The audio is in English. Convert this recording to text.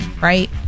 right